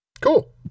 Cool